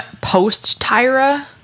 post-Tyra